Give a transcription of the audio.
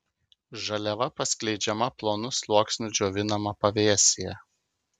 žaliava paskleidžiama plonu sluoksniu džiovinama pavėsyje